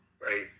right